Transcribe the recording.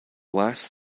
last